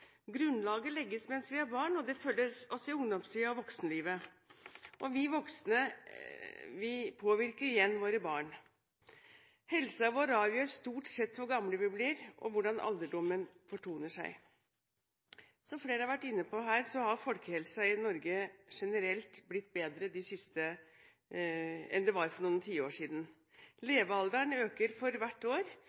Grunnlaget legges mens vi er barn, og det følger oss i ungdomstiden og voksenlivet. Vi voksne påvirker igjen våre barn. Helsen vår avgjør stort sett hvor gamle vi blir og hvordan alderdommen fortoner seg. Som flere har vært inne på her, har folkehelsen i Norge generelt blitt bedre enn den var for noen tiår siden. Levealderen øker for hvert år.